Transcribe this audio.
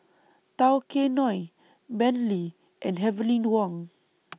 Tao Kae Noi Bentley and Heavenly Wang